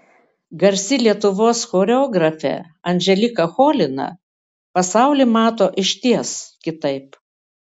garsi lietuvos choreografė anželika cholina pasaulį mato išties kitaip